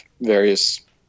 various